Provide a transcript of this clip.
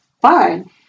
fine